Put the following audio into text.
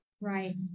right